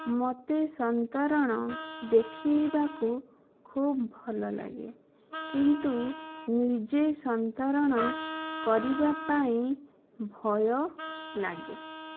ମୋତେ ସନ୍ତରଣ ଦେଖିବାକୁ ଖୁବ୍ ଭଲ ଲାଗେ କିନ୍ତୁ ନିଜେ ସନ୍ତରଣ କରିବା ପାଇଁ ଭୟ ଲାଗେ